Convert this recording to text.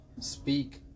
speak